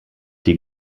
die